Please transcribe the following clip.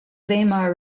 weimar